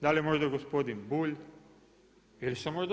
Da li je možda gospodin Bulj ili sam možda ja?